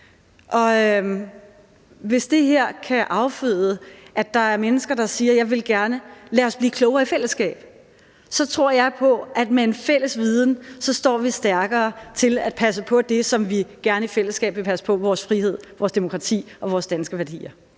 hvis det her kan afføde, at der er mennesker, der foreslår, at vi skal blive klogere i fællesskab, så tror jeg på, at vi med en fælles viden står stærkere i forhold til at passe på det, som vi i fællesskab gerne vil passe på, nemlig vores frihed, vores demokrati og vores danske værdier.